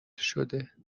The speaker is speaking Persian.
شده